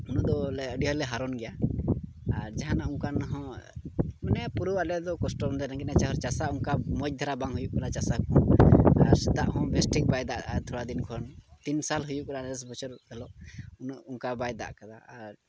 ᱩᱱᱟᱹᱜ ᱫᱚ ᱟᱹᱰᱤ ᱞᱮ ᱦᱟᱨᱚᱱ ᱜᱮᱭᱟ ᱟᱨ ᱡᱟᱦᱟᱱᱟᱜ ᱚᱱᱠᱟᱱᱟᱜ ᱦᱚᱸ ᱢᱟᱱᱮ ᱯᱩᱨᱟᱹ ᱟᱞᱮ ᱫᱚ ᱠᱚᱥᱴᱚ ᱢᱚᱫᱽᱫᱷᱮ ᱨᱮ ᱨᱮᱸᱜᱮᱡ ᱱᱟᱪᱟᱨ ᱦᱚᱲ ᱪᱟᱥᱟ ᱚᱱᱠᱟ ᱢᱚᱡᱽ ᱫᱷᱟᱨᱟ ᱵᱟᱝ ᱦᱩᱭᱩᱜ ᱠᱟᱱᱟ ᱪᱟᱥᱟ ᱠᱚ ᱦᱚᱸ ᱟᱨ ᱥᱮᱛᱟᱜ ᱦᱚᱸ ᱵᱮᱥ ᱴᱷᱤᱠ ᱵᱟᱭ ᱫᱟᱜ ᱮᱜᱼᱟ ᱛᱷᱚᱲᱟ ᱫᱤᱱ ᱠᱷᱚᱱ ᱛᱤᱱ ᱥᱟᱞ ᱦᱩᱭᱩᱜ ᱠᱟᱱᱟ ᱱᱮᱥ ᱵᱚᱪᱷᱚᱨ ᱦᱤᱞᱳᱜ ᱩᱱᱟᱹᱜ ᱚᱱᱠᱟ ᱵᱟᱭ ᱫᱟᱜ ᱠᱟᱫᱟ ᱟᱨ